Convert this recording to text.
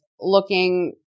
looking